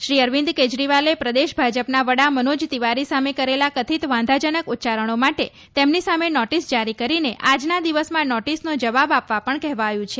શ્રી અરવિંદ કેજરીવાલે પ્રદેશ ભાજપના વડા મનોજ તિવારી સામે કરેલા કથિત વાંધાજનક ઉચ્ચારણો માટે તેમની સામે નોટિસ જારી કરીને આજના દિવસમાં નોટિસનો જવાબ આપવા પણ કેવાયું છે